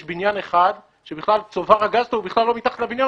יש בניין אחד שצובר הגז שלו הוא בכלל לא מתחת לבניין,